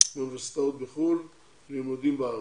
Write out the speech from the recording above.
באוניברסיטאות בחוץ לארץ ללימודים בארץ.